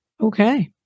Okay